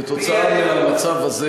כתוצאה מהמצב הזה